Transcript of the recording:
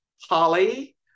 Holly